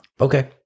Okay